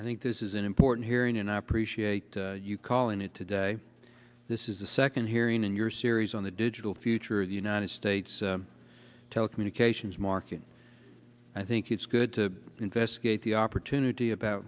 i think this is an important hearing and i appreciate you calling it today this is the second hearing in your series on the digital future of the united states telecommunications market i think it's good to investigate the opportunity about